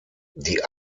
die